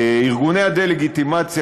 ארגוני הדה-לגיטימציה,